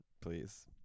Please